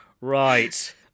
Right